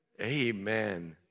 Amen